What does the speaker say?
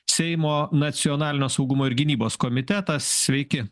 seimo nacionalinio saugumo ir gynybos komitetas sveiki